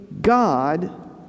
God